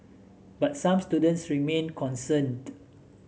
but some students remain concerned